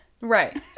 Right